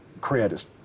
creators